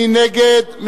מי נגד?